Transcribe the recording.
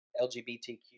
LGBTQ